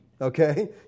Okay